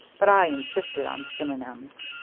but i insisted on synonyms.